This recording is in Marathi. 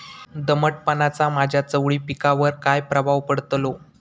दमटपणाचा माझ्या चवळी पिकावर काय प्रभाव पडतलो?